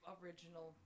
original